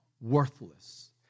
worthless